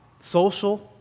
social